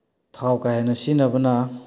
ꯊꯥꯎ ꯀꯥ ꯍꯦꯟꯅ ꯁꯤꯖꯤꯟꯅꯕꯅ